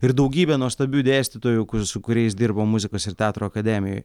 ir daugybė nuostabių dėstytojų su kuriais dirbau muzikos ir teatro akademijoj